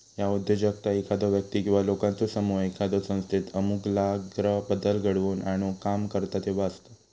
ह्या उद्योजकता एखादो व्यक्ती किंवा लोकांचो समूह एखाद्यो संस्थेत आमूलाग्र बदल घडवून आणुक काम करता तेव्हा असता